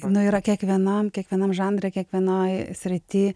nu yra kiekvienam kiekvienam žanre kiekvienoj srity